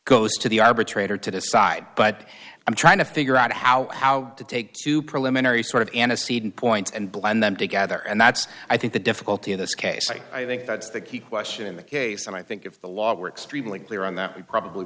goes to the arbitrator to decide but i'm trying to figure out how how to take two preliminary sort of aniseed points and blend them together and that's i think the difficulty in this case i think that's the key question in the case and i think if the law works clear on that we probably